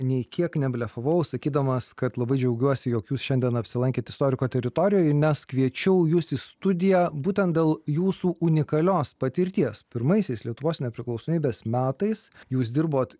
nei kiek neblefavau sakydamas kad labai džiaugiuosi jog jūs šiandien apsilankėt istoriko teritorijoj nes kviečiau jus į studiją būtent dėl jūsų unikalios patirties pirmaisiais lietuvos nepriklausomybės metais jūs dirbot